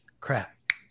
Crack